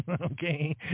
okay